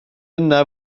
yna